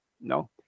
no